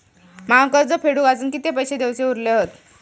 माका कर्ज फेडूक आजुन किती पैशे देऊचे उरले हत?